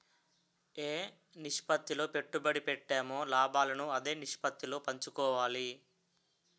ఏ నిష్పత్తిలో పెట్టుబడి పెట్టామో లాభాలను అదే నిష్పత్తిలో పంచుకోవాలి